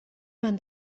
man